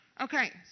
Okay